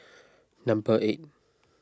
number eight